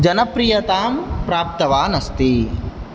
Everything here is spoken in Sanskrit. जनप्रियतां प्राप्तवान् अस्ति